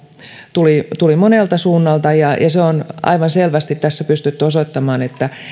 tuli tuli monelta suunnalta ja se on aivan selvästi tässä pystytty osoittamaan että